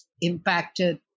impacted